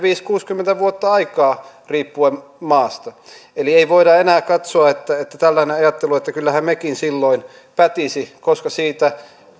viisikymmentä viiva kuusikymmentä vuotta aikaa riippuen maasta eli ei voida enää katsoa että että tällainen ajattelu että kyllähän mekin silloin pätisi koska